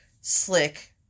slick